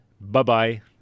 Bye-bye